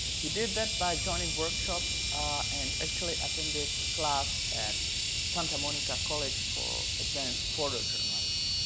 he did that by joining workshops and actually attended a class at santa monica college for advanced photojournalism.